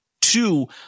two